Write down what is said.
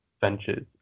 Ventures